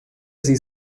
sie